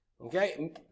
Okay